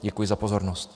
Děkuji za pozornost.